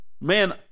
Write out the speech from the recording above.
man